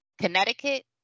Connecticut